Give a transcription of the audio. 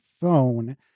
phone